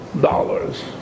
dollars